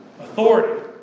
authority